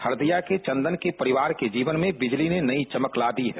हरदिया के चंदन के परिवार के जीवन में बिजली ने नयी चमक ला दी है